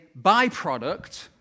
byproduct